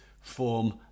form